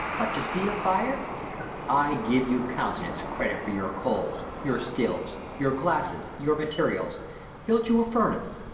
but to see a fire i gave you countenance, credit for your coals, your stills, your glasses, your materials built you a furnace,